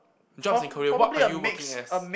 jobs and career what are you working as